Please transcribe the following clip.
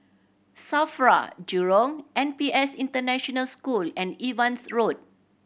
SAFRA Jurong N P S International School and Evans Road